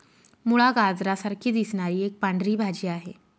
मुळा, गाजरा सारखी दिसणारी एक पांढरी भाजी आहे